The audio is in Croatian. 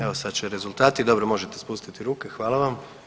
Evo sad će rezultati, dobro možete spustiti ruke, hvala vam.